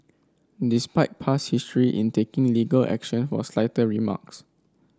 despite past history in taking legal action for slighter remarks